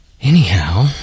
Anyhow